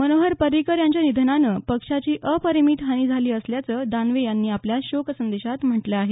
मनोहर पर्रिकर यांच्या निधनाने पक्षाची अपरिमित हानी झाली असल्याचं दानवे यांनी आपल्या शोकसंदेशात म्हटलं आहे